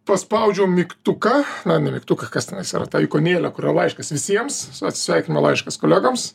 paspaudžiau mygtuką na ne mygtuką kas tenais yra ta ikonėlė kur yra laiškas visiems atsisveikinimo laiškas kolegoms